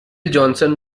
johnson